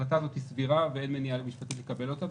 ההחלטה הזאת היא סבירה ואין מניעה משפטית לקבל אותה.